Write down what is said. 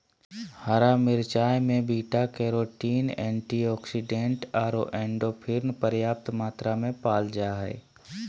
हरा मिरचाय में बीटा कैरोटीन, एंटीऑक्सीडेंट आरो एंडोर्फिन पर्याप्त मात्रा में पाल जा हइ